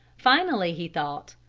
finally he thought,